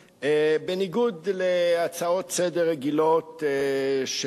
בנטל, הצעות לסדר-היום מס'